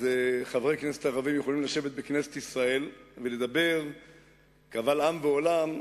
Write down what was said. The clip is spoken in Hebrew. חברי הכנסת הערבים יכולים לשבת בכנסת ישראל ולדבר קבל עם ועולם.